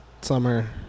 summer